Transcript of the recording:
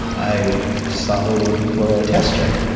i saw they were looking for a tester.